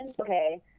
Okay